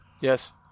Yes